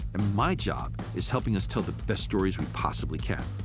and my job is helping us tell the best stories we possibly can.